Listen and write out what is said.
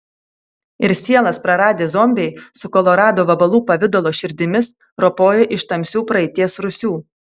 ir sielas praradę zombiai su kolorado vabalų pavidalo širdimis ropoja iš tamsių praeities rūsių